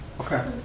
Okay